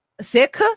sick